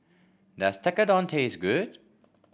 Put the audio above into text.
does Tekkadon taste good